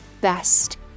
best